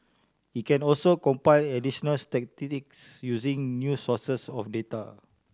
it can also compile additional statistics using new sources of data